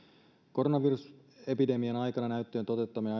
koronavirusepidemian aikana näyttöjen toteuttaminen